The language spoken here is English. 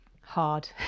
Hard